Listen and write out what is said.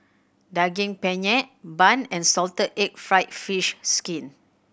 Daging Penyet bun and salted egg fried fish skin